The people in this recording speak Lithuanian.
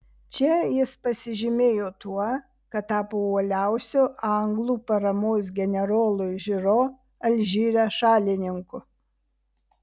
čia jis pasižymėjo tuo kad tapo uoliausiu anglų paramos generolui žiro alžyre šalininku